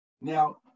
Now